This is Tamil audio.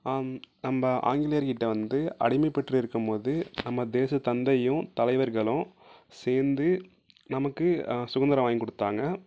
நம்ம ஆங்கிலேயர்கிட்டே வந்து அடிமைப்பட்டு இருக்கும் போது நம்ம தேசத் தந்தையும் தலைவர்களும் சேர்ந்து நமக்கு சுதந்தரம் வாங்கி கொடுத்தாங்க